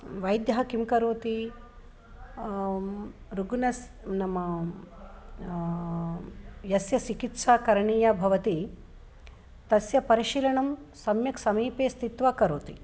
वैद्यः किं करोति रुग्णस्य नाम यस्य चिकित्सा करणीया भवति तस्य परिशीलनं सम्यक् समीपे स्थित्वा करोति